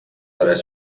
دارد